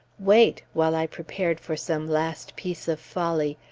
wait, while i prepared for some last piece of folly,